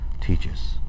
teaches